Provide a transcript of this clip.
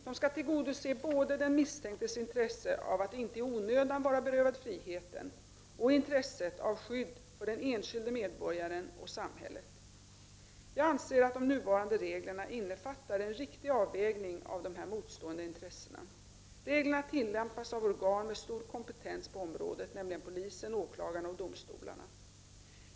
De skall tillgodose både den misstänktes intresse av att inte i onödan vara berövad friheten och intresset av skydd för den enskilde 7 medborgaren och samhället. Jag anser att de nuvarande reglerna innefattar en riktig avvägning av dessa motstående intressen. Reglerna tillämpas av organ med stor kompetens på området, nämligen polisen, åklagarna och domstolarna.